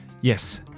Yes